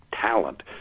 talent